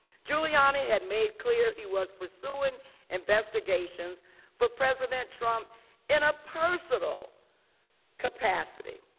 giuliani had made clear he was pursuing investigations for president trump in a personal capacity.